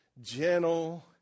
Gentle